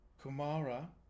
Kumara